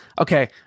Okay